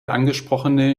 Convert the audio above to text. angesprochene